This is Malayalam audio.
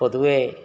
പൊതുവേ